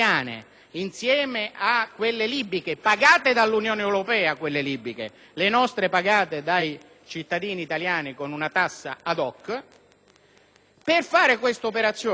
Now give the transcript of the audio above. cittadini italiani con una tassa *ad hoc*), per fare questa operazione (ora vedremo la complessità e la praticabilità della stessa), diciamo che